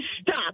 stop